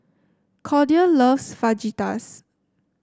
Cordia loves Fajitas